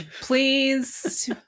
Please